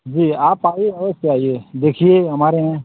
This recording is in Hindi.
जी आप आइए अवश्य आइए देखिए हमारे यहाँ